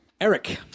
Eric